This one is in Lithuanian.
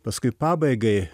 paskui pabaigai